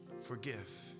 Forgive